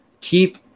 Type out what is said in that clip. keep